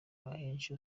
ahenshi